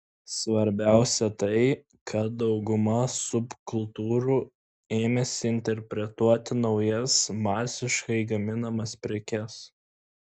svarbiausia tai kad dauguma subkultūrų ėmėsi interpretuoti naujas masiškai gaminamas prekes